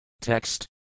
Text